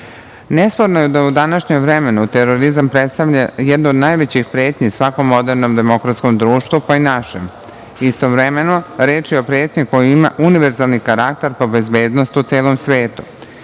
je da je u današnjem vremenu terorizam predstavlja jednu od najvećih pretnji svakom modernom demokratskom društvu, pa i našem. Istovremeno, reč je o pretnji koja ima univerzalni karakter po bezbednosti u celom svetu.